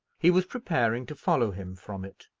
he was preparing to follow him from it,